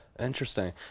Interesting